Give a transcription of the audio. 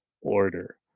order